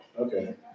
Okay